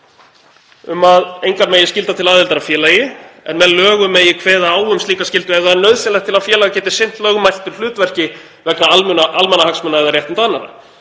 um að engan megi skylda til aðildar að félagi en með lögum megi kveða á um slíka skyldu ef það er nauðsynlegt til að félag geti sinnt lögmæltu hlutverki vegna almannahagsmuna eða réttinda annarra.